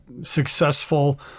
successful